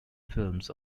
films